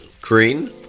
green